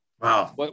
Wow